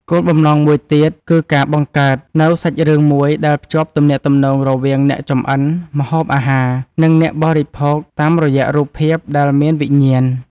គោលបំណងមួយទៀត គឺការបង្កើតនូវសាច់រឿងមួយដែលភ្ជាប់ទំនាក់ទំនងរវាងអ្នកចម្អិន ម្ហូបអាហារ និងអ្នកបរិភោគតាមរយៈរូបភាពដែលមានវិញ្ញាណ។